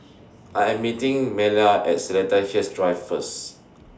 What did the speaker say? I Am meeting Maleah At Seletar Hills Drive First